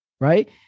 right